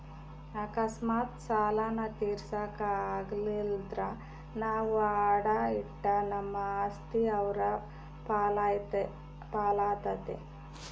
ಅಕಸ್ಮಾತ್ ಸಾಲಾನ ತೀರ್ಸಾಕ ಆಗಲಿಲ್ದ್ರ ನಾವು ಅಡಾ ಇಟ್ಟ ನಮ್ ಆಸ್ತಿ ಅವ್ರ್ ಪಾಲಾತತೆ